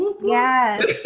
yes